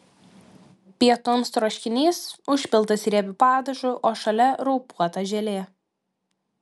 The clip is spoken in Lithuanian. pietums troškinys užpiltas riebiu padažu o šalia raupuota želė